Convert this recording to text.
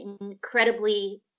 incredibly